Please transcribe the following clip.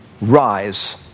rise